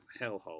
hellhole